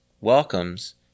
welcomes